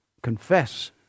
confess